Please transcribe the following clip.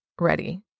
ready